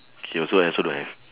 K also I also don't have